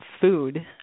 food